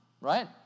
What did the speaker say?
right